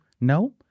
no